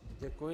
Děkuji.